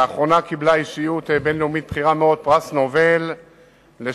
לאחרונה קיבלה אישיות בין-לאומית בכירה מאוד פרס נובל לשלום,